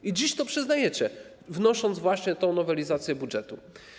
I dziś to przyznajecie, wnosząc właśnie tę nowelizację budżetu.